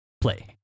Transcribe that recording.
play